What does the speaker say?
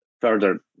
further